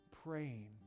praying